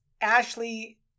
Ashley